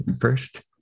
first